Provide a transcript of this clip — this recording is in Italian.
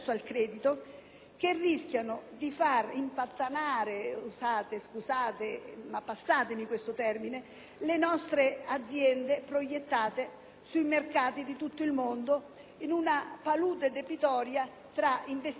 - passatemi l'espressione - le nostre aziende proiettate sui mercati di tutto il mondo in una palude debitoria tra investimenti fatti